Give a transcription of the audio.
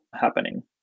happening